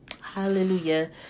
Hallelujah